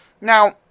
Now